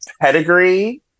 Pedigree